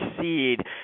seed